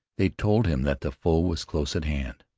they told him that the foe was close at hand,